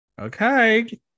okay